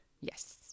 Yes